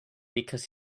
because